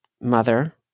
mother